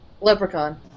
Leprechaun